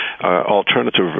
alternative